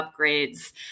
upgrades